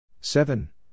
Seven